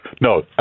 No